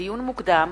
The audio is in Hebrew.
לדיון מוקדם: